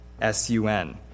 S-U-N